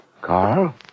Carl